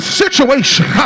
situation